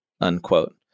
unquote